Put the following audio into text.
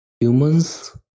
Humans